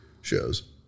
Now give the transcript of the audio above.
shows